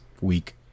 week